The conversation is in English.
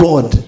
God